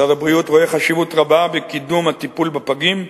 משרד הבריאות רואה חשיבות רבה בקידום הטיפול בפגים,